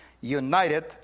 united